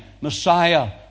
Messiah